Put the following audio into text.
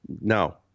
No